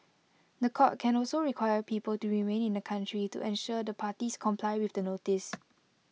The Court can also require people to remain in the country to ensure the parties comply with the notice